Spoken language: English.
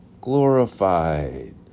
glorified